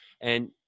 And-